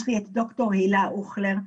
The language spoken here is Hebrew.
יש לי את ד"ר הילה הוכלר,